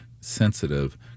sensitive